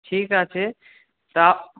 ঠিক আছে তা